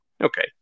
okay